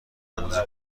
اندازه